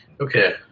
Okay